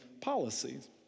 policies